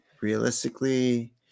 Realistically